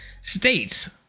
states